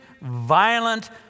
violent